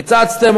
קיצצתם,